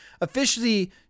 officially